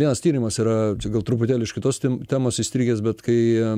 vienas tyrimas yra čia gal truputėlį iš kitos temos įstrigęs bet kai